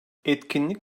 etkinlik